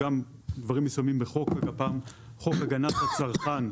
גם שמים את הגפ"מ בחוק הגנת הצרכן,